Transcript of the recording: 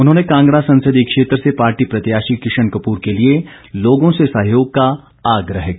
उन्होंने कांगड़ा संसदीय क्षेत्र से पार्टी प्रत्याशी किशन कपूर के लिए लोगों से सहयोग का आग्रह किया